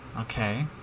Okay